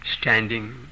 standing